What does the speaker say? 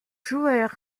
joueur